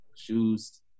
shoes